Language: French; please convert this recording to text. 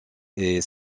est